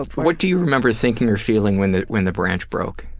what do you remember thinking or feeling when the when the branch broke?